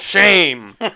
Shame